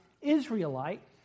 Israelite